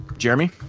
Jeremy